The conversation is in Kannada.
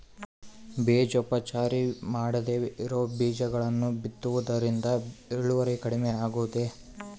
ಬೇಜೋಪಚಾರ ಮಾಡದೇ ಇರೋ ಬೇಜಗಳನ್ನು ಬಿತ್ತುವುದರಿಂದ ಇಳುವರಿ ಕಡಿಮೆ ಆಗುವುದೇ?